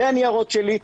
אלה הניירות שלי,